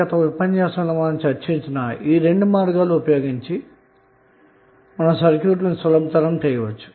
గతంలో మనం తెలుసుకొన్న ఈ రెండు విధానాలు ఉపయోగించి మనం సర్క్యూట్ లను మరింత సులభతరం చేయవచ్చు